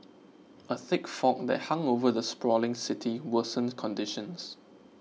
a thick fog that hung over the sprawling city worsened conditions